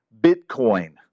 Bitcoin